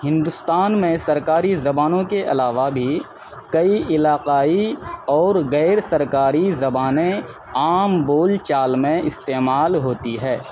ہندوستان میں سرکاری زبانوں کے علاوہ بھی کئی علاقائی اور غیر سرکاری زبانیں عام بول چال میں استعمال ہوتی ہیں